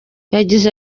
yagize